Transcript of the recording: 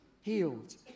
healed